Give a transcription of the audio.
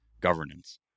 governance